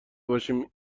باشیم